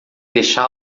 deixá